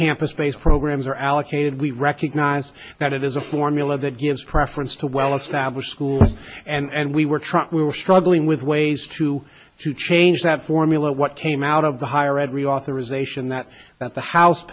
campus based programs are allocated we recognize that it is a formula that gives preference to well established schools and we were trying to we were struggling with ways to to change that formula what came out of the higher ed reauthorization that that the house